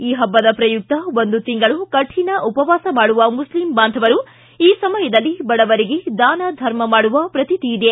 ಈ ಹಬ್ಬದ ಪ್ರಯುಕ್ತ ಒಂದು ತಿಂಗಳು ಕಠಿಣ ಉಪವಾಸ ಮಾಡುವ ಮುಸ್ಲಿಂ ಬಾಂಧವರು ಈ ಸಮಯದಲ್ಲಿ ಬಡವರಿಗೆ ದಾನ ಧರ್ಮ ಮಾಡುವ ಪ್ರತೀತಿಯಿದೆ